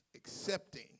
accepting